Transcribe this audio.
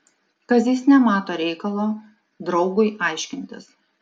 kazys nemato reikalo draugui aiškintis